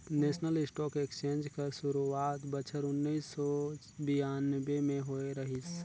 national stock exchange कर सुरवात बछर उन्नीस सव बियानबें में होए रहिस